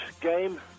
game